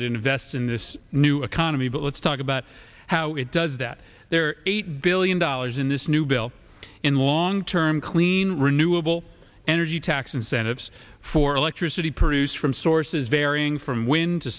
that invests in this new economy but let's talk about how it does that eight billion dollars in this new bill in long term clean renewable energy tax incentives for electricity produced from sources varying from wind